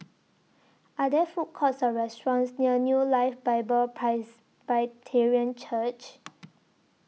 Are There Food Courts Or restaurants near New Life Bible Presbyterian Church